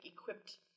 equipped